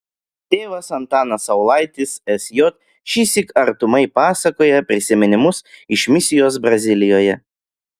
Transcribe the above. tėvas antanas saulaitis sj šįsyk artumai pasakoja prisiminimus iš misijos brazilijoje